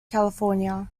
california